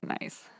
nice